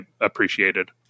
appreciated